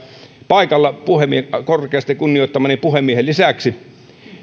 paikalla korkeasti kunnioittamani puhemiehen lisäksi